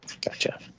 Gotcha